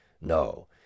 No